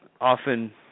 often